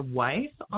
wife